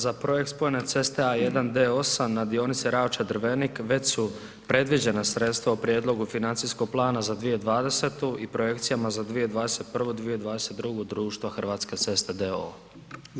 Za projekt spojene ceste A1 D8 na dionici Ravče – Drvenik već su predviđena sredstva u prijedlogu financijskog plana za 2020. i projekcijama za 2021., 2022. društva Hrvatske ceste d.o.o.